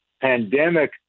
pandemic